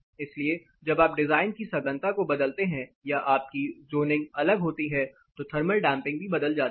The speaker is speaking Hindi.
इसलिए जब आप डिज़ाइन की सघनता बदलते हैं या आपकी ज़ोनिंग अलग होती है तो थर्मल डैंपिंग भी बदल जाती है